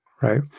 right